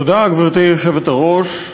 גברתי היושבת-ראש,